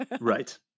Right